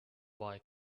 boy